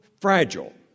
fragile